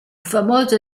famoso